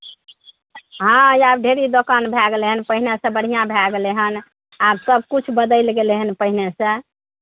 हँ आब ढेरी दोकान भए गेलै हन पहिनेसँ बढ़िआँ भए गेलै हन आब सभकिछु बदलि गेलै हन पहिनेसँ